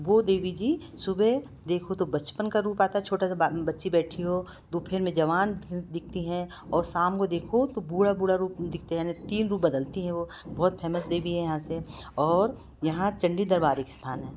वो देवी जी सुबह देखो तो बचपन का रूप आता छोटा सा बच्ची बैठी हो दोपहर में जवान दिखती हैं औ शाम को देखो तो बूढ़ा बूढ़ा रूप दिखता है यानी तीन रूप बदलती हैं वो बहुत फैमस देवी है यहाँ से और यहाँ चंडी दरबार एक स्थान है